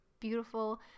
beautiful